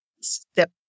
step